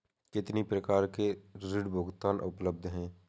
कितनी प्रकार के ऋण भुगतान उपलब्ध हैं?